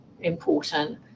important